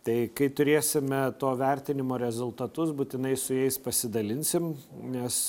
tai kai turėsime to vertinimo rezultatus būtinai su jais pasidalinsim nes